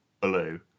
Blue